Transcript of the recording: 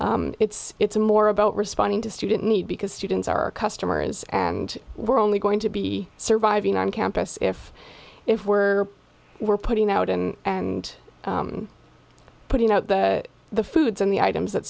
it's it's more about responding to student need because students are our customers and we're only going to be surviving on campus if if we're we're putting out and and putting out the foods and the items that